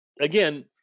again